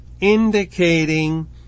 indicating